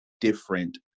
different